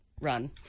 run